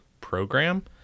program